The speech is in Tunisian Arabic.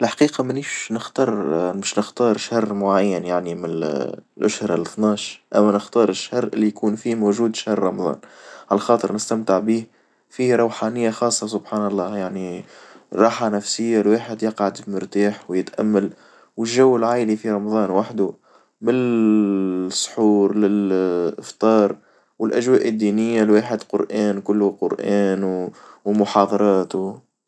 الحقيقة مانيش نختار مش نختار شر معين يعني من الأشهر الاتناش، أما نختار الشهر اللي يكون فيه موجود شهر رمضان، على خاطر نستمتع به فيه روحانية خاصة سبحان الله يعني راحة نفسية الواحد يقعد مرتاح ويتأمل والجو العائلي في رمضان وحدو م السحور للإفطار والأجواء الدينية الواحد قرآن كله قرآن ومحاضراته.